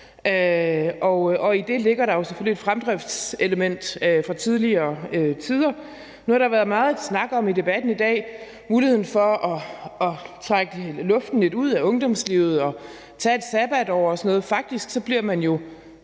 I det ligger der selvfølgelig et fremdriftselement fra tidligere tider. Noget, der har været meget snak om i debatten i dag, er muligheden for at trække luften lidt ud af ungdomslivet og tage et sabbatår og sådan noget. Faktisk bliver man jo